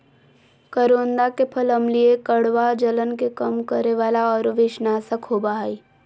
करोंदा के फल अम्लीय, कड़वा, जलन के कम करे वाला आरो विषनाशक होबा हइ